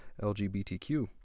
LGBTQ